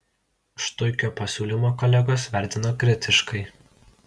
štuikio pasiūlymą kolegos vertino kritiškai